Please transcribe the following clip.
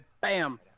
Bam